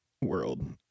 world